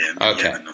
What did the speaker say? Okay